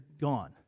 gone